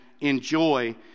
enjoy